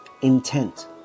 intent